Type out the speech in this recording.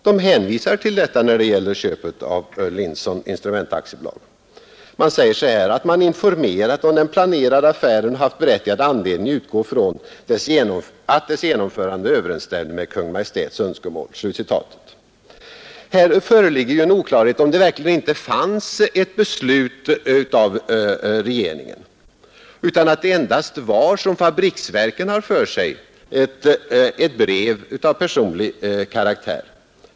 De hänvisar till detta när det gäller köpet av Linson instrument AB. Fabriksverken anför, att man ”informerat om den planerade affären och haft berättigad anledning utgå från att dess genomförande överensstämde med Kungl. Maj:ts önskemål”. Här föreligger en oklarhet om det verkligen inte fanns ett beslut av regeringen, utan att det endast — som fabriksverken har för sig — var ett brev av personlig karaktär.